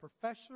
Professor